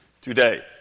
today